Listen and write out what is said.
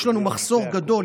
יש לנו מחסור גדול.